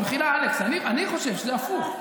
במחילה, אלכס, אני חושב שזה הפוך.